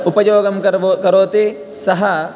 उपयोगं करबो करोति सः